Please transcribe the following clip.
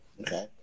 Okay